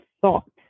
thought